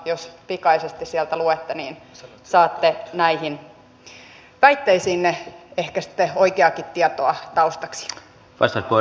jos pikaisesti sieltä luette niin saatte näihin väitteisiinne ehkä sitten oikeaakin tietoa taustaksi